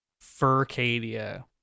Furcadia